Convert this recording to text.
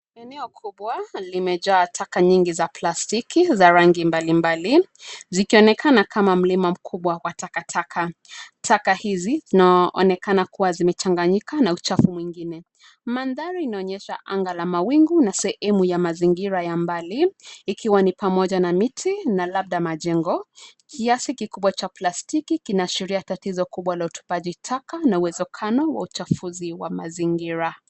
Eneo kubwa limejaa taka nyingi za plastiki za rangi mbali mbali zikionekana kama mlima mkubwa wa taka taka. Taka hizi zinaonekana kuwa zimechanganyika na uchafu mwingine. Madhari inaonyesha anga la mawingu na sehemu ya mazingira ya mbali ikiwa ni pamoja na miti na labda majengo. Kiasi kikubwa cha plastiki kinashiria tatizo kubwa la utupaji taka na uwezekano wa uchafuzi wa mazingira.